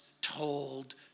told